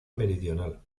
meridional